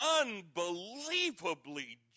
unbelievably